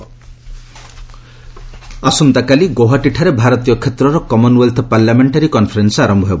Assam conference ଆସନ୍ତାକାଲି ଗୌହାଟିଠାରେ ଭାରତୀୟ କ୍ଷେତ୍ରର କମନ୍ୱେଲ୍ଥ ପାର୍ଲାମେଷ୍ଟାରୀ କନ୍ଫରେନ୍ସ ଆରମ୍ଭ ହେବ